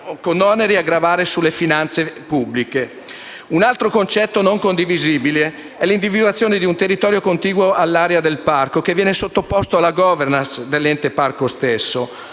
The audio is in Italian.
con oneri a gravare sulle finanze pubbliche. Un altro concetto non condivisibile è l'individuazione di un territorio contiguo all'area del parco, che viene sottoposto alla *governance* dell'ente parco stesso.